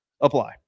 apply